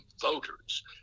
voters